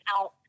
out